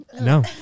no